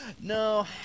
No